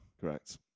Correct